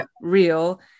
real